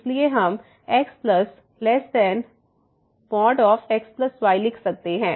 इसलिए हम x ﹤xy लिख सकते हैं